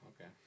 Okay